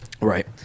Right